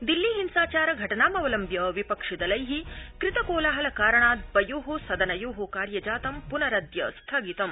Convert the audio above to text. दिल्ली हिंसाचार घटनामवलम्ब्य विपक्षिदलै कृत कोलाहल कारणात् द्वयो सदनयो कार्यजातम् पुनरद्य स्थगितम्